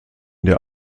der